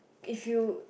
if you